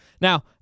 Now